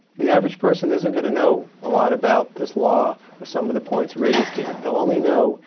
the average person, isn't going to know a lot about this law or some of the points raised here. they'll only know,